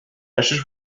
ashes